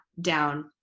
down